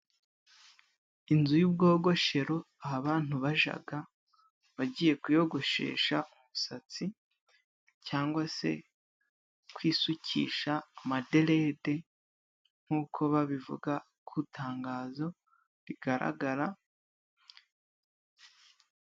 Inzu y'ubwogoshero aha bantu bajaga bagiye kwiyogoshesha umusatsi cyangwa se kwisukisha amaderede nkuko babivuga kutangazo rigaragara.